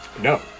No